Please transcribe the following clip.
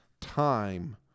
time